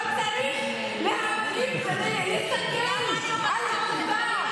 אבל צריך להסתכל על העובדה.